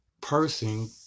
person